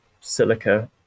silica